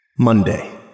Monday